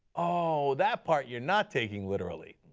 ah that part you are not taking literally.